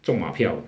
中码票